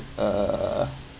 uh